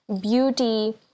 beauty